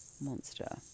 monster